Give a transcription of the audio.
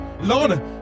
Lord